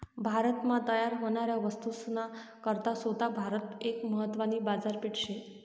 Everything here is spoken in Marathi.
भारत मा तयार व्हनाऱ्या वस्तूस ना करता सोता भारतच एक महत्वानी बाजारपेठ शे